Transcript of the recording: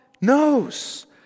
knows